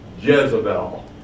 Jezebel